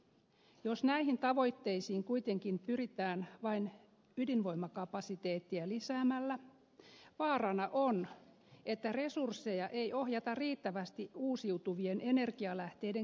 jos näihin tavoitteisiin kuitenkin pyritään vain ydinvoimakapasiteettia lisäämällä vaarana on että resursseja ei ohjata riittävästi uusiutuvien energialähteiden kehittämiseen